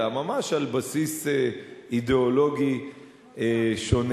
אלא ממש על בסיס אידיאולוגי שונה.